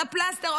לפלסטר.